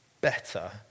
Better